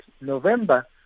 November